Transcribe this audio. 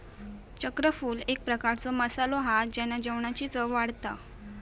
चक्रफूल एक प्रकारचो मसालो हा जेना जेवणाची चव वाढता